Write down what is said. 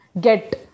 get